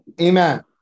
Amen